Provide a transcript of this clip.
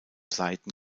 seiten